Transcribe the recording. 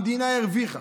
המדינה הרוויחה.